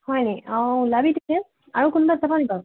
হয় নি অঁ ওলাবি পিছে আৰু কোনোবা যাব নি বাৰু